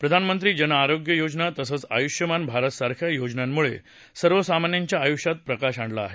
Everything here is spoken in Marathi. प्रधानमंत्री जनआरोग्य योजना तसंच आयुष्मान भारत सारख्या योजनांमुळे सर्वसामान्यांच्या आयुष्यात प्रकाश आणला आहे